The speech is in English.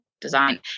design